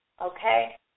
Okay